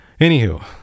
Anywho